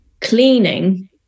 cleaning